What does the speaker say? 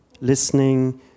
listening